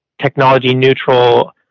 technology-neutral